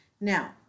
Now